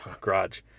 garage